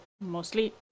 mostly